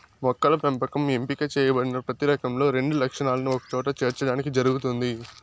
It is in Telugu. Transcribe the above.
మొక్కల పెంపకం ఎంపిక చేయబడిన ప్రతి రకంలో రెండు లక్షణాలను ఒకచోట చేర్చడానికి జరుగుతుంది